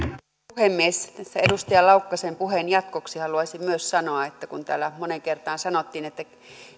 puhemies tässä edustaja laukkasen puheen jatkoksi haluaisin myös sanoa että kun täällä moneen kertaan sanottiin että